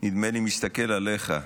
נדמה לי, מסתכל עליך.